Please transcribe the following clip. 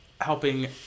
helping